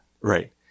Right